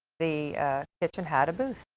the kitchen had a booth.